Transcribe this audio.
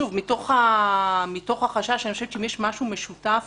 מתוך החשש אני חושבת שאם יש משהו משותף